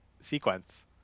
sequence